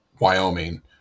Wyoming